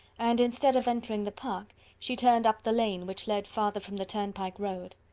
and instead of entering the park, she turned up the lane, which led farther from the turnpike-road.